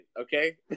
Okay